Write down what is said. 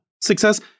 success